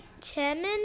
Chairman